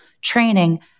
training